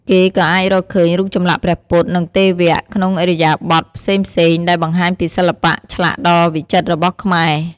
គេក៏អាចរកឃើញ រូបចម្លាក់ព្រះពុទ្ធ និងទេវៈ ក្នុងឥរិយាបថផ្សេងៗ ដែលបង្ហាញពីសិល្បៈឆ្លាក់ដ៏វិចិត្ររបស់ខ្មែរ។